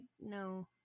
no